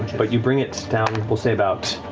but you bring it down, we'll say about